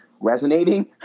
resonating